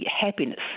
happiness